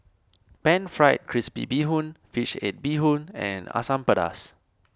Pan Fried Crispy Bee Hoon Fish Head Bee Hoon and Asam Pedas